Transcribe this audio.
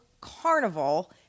carnival